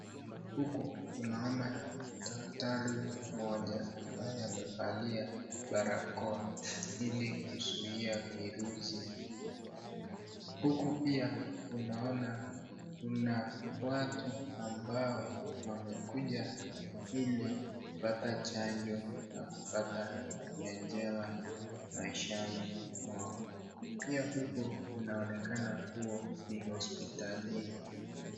Huku tunaona daktari mmoja ambaye amevalia barakoa ili kuzuia virusi. Huku pia tunaona kuna watu ambao wamekuja ili kupata chanjo na kupata afya njema maishani mwao. Pia huku inaonekana kuwa ni hospitalini.